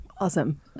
Awesome